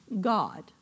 God